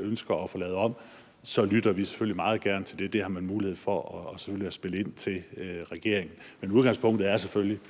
ønsker at få lavet om, så lytter vi selvfølgelig meget gerne til det, og det har man mulighed for at spille ind til regeringen. Men udgangspunktet er selvfølgelig